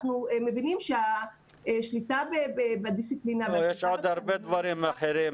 אנחנו מבינים שהשליטה בדיסציפלינה --- יש עוד הרבה דברים אחרים.